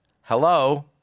Hello